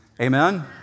Amen